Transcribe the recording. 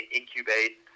incubate